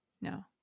No